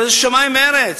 הרי זה שמים וארץ,